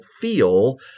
feel